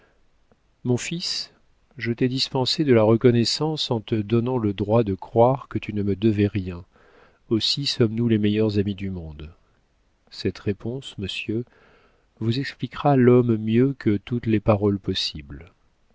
mon fils je t'ai dispensé de la reconnaissance en te donnant le droit de croire que tu ne me devais rien aussi sommes-nous les meilleurs amis du monde cette réponse monsieur vous expliquera l'homme mieux que toutes les paroles possibles